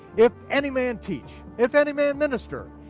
if any man teach, if any man minister,